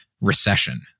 recession